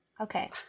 Okay